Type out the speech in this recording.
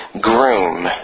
groom